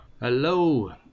Hello